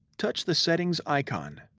touch the settings icon.